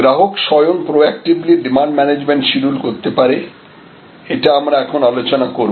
গ্রাহক সয়ং proactively demand management schedule করতে পারে এটা আমরা এখন আলোচনা করব